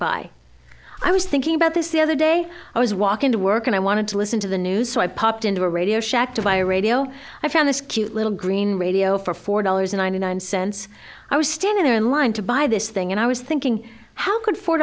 buy i was thinking about this the other day i was walking to work and i wanted to listen to the news so i popped into a radio shack to buy a radio i found this cute little green radio for four dollars ninety nine cents i was standing there in line to buy this thing and i was thinking how could four